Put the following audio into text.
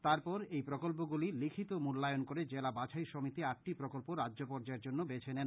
তারপর এই প্রকল্পগুলি লিখিত মূল্যায়ন করে জেলা বাছাই সমিতি আটটি প্রকল্প রাজ্য পর্যায়ের জন্য বেছে নেন